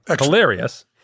Hilarious